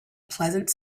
pleasant